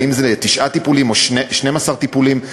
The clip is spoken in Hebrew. האם זה תשעה טיפולים או 12 טיפולים?